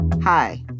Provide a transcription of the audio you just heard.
Hi